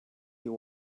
you